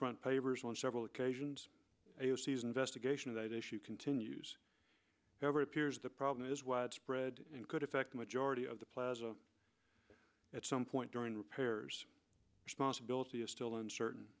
front pavers on several occasions a o c s investigation of that issue continues however it appears the problem is widespread and could affect the majority of the plaza at some point during repairs responsibility is still uncertain